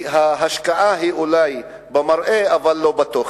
ההשקעה היא אולי במראה, אבל לא בתוכן.